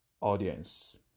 audience